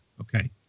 Okay